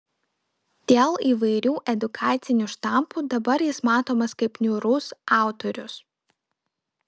dėl įvairių edukacinių štampų dabar jis matomas kaip niūrus autorius